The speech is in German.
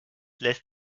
lässt